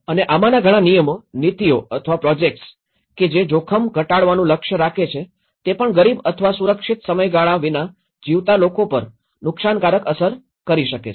અને આમાંના ઘણા નિયમો નીતિઓ અથવા પ્રોજેક્ટ્સ કે જે જોખમ ઘટાડવાનું લક્ષ્ય રાખે છે તે પણ ગરીબ અથવા સુરક્ષિત સમયગાળા વિના જીવતા લોકો પર નુકસાનકારક અસર કરી શકે છે